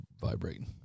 vibrating